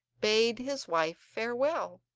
bade his wife farewell.